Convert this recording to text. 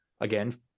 Again